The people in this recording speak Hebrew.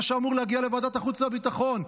מה שאמור להגיע לוועדת החוץ והביטחון.